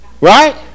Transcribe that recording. right